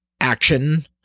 Action